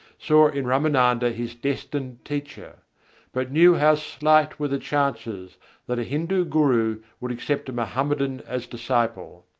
saw in ramananda his destined teacher but knew how slight were the chances that a hindu guru would accept a mohammedan as disciple.